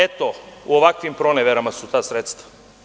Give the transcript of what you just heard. Eto, u ovakvim proneverama su ta sredstva.